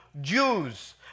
Jews